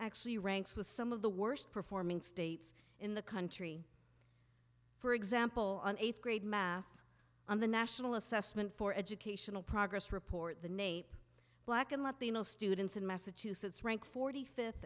actually ranks with some of the worst performing states in the country for example an th grade math on the national assessment for educational progress report the nape black and latino students in massachusetts rank